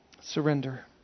Surrender